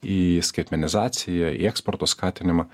į skaitmenizaciją į eksporto skatinimą